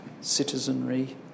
citizenry